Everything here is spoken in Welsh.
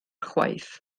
chwaith